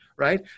right